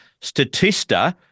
Statista